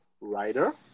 writer